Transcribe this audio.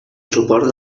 suport